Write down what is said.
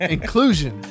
Inclusion